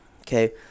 okay